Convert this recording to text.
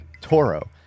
toro